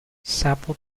sample